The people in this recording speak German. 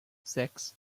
sechs